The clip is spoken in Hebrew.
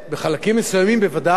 בחלקים מסוימים, בוודאי,